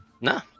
No